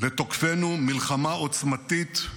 לתוקפינו מלחמה עוצמתית,